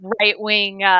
right-wing